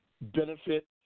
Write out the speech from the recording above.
benefit